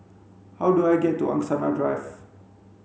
how do I get to Angsana Drive